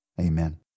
amen